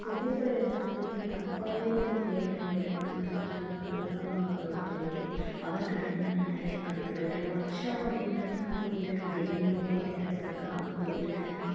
புகைப்படம் எடுக்கிறது என்னோடய அப்பாவே வந்து புகைப்படம் எடுப்பார் அவர் அது தான் அவரோடய தொழில் அவர்கிட்டேருந்து தான் நான் நிறைய கற்றுக்கிட்டேன் ஒர்க் ஷாப் அப்படிங்கறது நான் போயிருக்கேன் டெல்லியில் ஒரு வாட்டி நடந்துருக்குது அங்கே போயிருக்கேன்